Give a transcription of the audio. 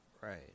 Right